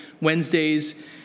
Wednesdays